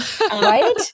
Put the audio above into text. Right